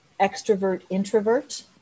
extrovert-introvert